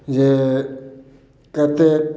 जे कते